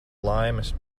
laimes